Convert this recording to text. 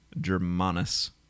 Germanus